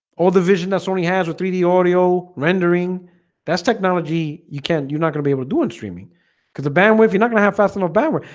all the vision that sony has or three d audio rendering that's technology you can't you're not gonna be able to do in streaming because the bandwidth you're not gonna have fast enough bad word.